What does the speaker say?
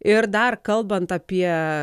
ir dar kalbant apie